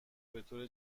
بطور